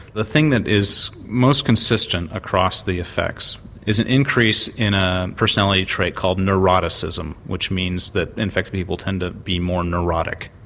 the thing that is most consistent across the effects is an increase in a personality trait called neuroticism, which means that infected people tend to be more neurotic.